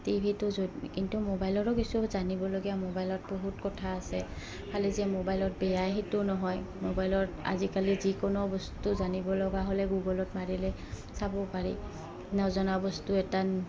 TV টো য' কিন্তু মোবাইলৰো কিছু জানিবলগীয়া মোবাইলত বহুত কথা আছে খালী যে মোবাইলত বেয়াই সেইটো নহয় মোবাইলত আজিকালি যিকোনো বস্তু জানিব লগা হ'লে গুগলত মাৰিলে চাব পাৰি নজনা বস্তু এটা